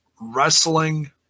wrestling